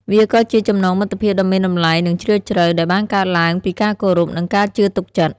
វាក៏ជាចំណងមិត្តភាពដ៏មានតម្លៃនឹងជ្រាលជ្រៅ ដែលបានកើតឡើងពីការគោរព និងការជឿទុកចិត្ត។